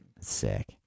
Sick